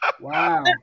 Wow